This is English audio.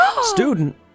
Student